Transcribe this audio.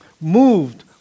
moved